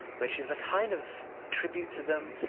which is a kind of tribute to them,